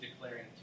declaring